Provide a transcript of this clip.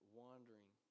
wandering